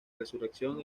resurrección